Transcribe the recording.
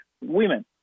women